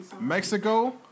Mexico